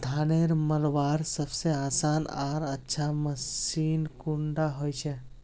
धानेर मलवार सबसे आसान आर अच्छा मशीन कुन डा होचए?